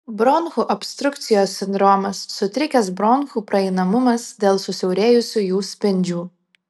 bronchų obstrukcijos sindromas sutrikęs bronchų praeinamumas dėl susiaurėjusių jų spindžių